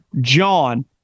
JOHN